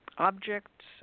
objects